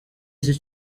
iki